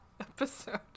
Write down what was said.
episode